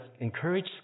encourage